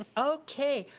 ah okay,